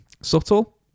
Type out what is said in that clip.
subtle